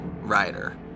rider